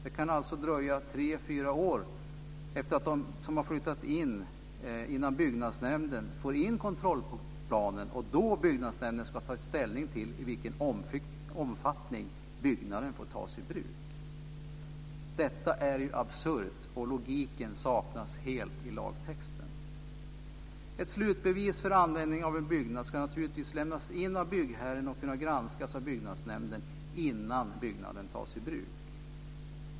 Det kan alltså dröja tre fyra år efter det att man har flyttat in innan byggnadsnämnden får in kontrollplanen. Då ska byggnadsnämnden ta ställning till i vilken omfattning byggnaden får tas i bruk. Detta är absurt och logiken saknas helt i lagtexten. Ett slutbevis för användning av en byggnad ska naturligtvis lämnas in av byggherren och kunna granskas av byggnadsnämnden innan byggnaden tas i bruk.